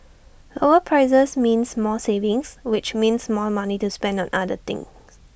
lower prices means more savings which means more money to spend on other things